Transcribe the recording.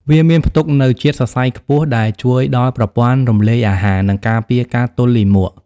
វាមានផ្ទុកនូវជាតិសរសៃខ្ពស់ ដែលជួយដល់ប្រព័ន្ធរំលាយអាហារ និងការពារការទល់លាមក។